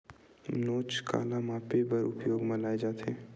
नोच काला मापे बर उपयोग म लाये जाथे?